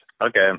Okay